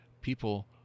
people